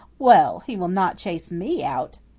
well, he will not chase me out!